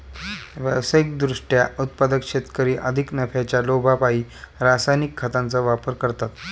व्यावसायिक दृष्ट्या उत्पादक शेतकरी अधिक नफ्याच्या लोभापायी रासायनिक खतांचा वापर करतात